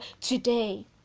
today